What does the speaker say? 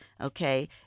okay